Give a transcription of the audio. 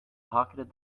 pocketed